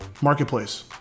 marketplace